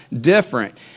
different